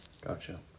Gotcha